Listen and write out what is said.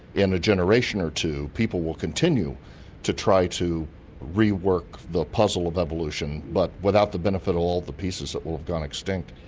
in a generation or two people will continue to try to rework the puzzle of evolution but without the benefit of all the pieces that will have gone extinct.